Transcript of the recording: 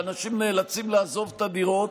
שאנשים נאלצים לעזוב את הדירות,